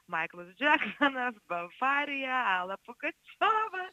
maiklas džeksonas bavarija ala pugačiova